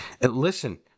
Listen